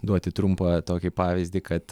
duoti trumpą tokį pavyzdį kad